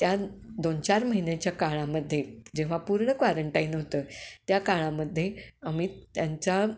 त्या दोन चार महिन्याच्या काळामध्ये जेव्हा पूर्ण क्वारंटाईन होतं त्या काळामध्ये आम्ही त्यांचा